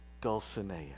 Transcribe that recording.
Dulcinea